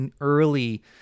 early